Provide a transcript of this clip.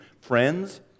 friends